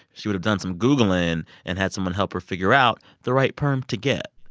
she would've done some googling and had someone help her figure out the right perm to get.